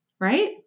right